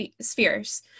spheres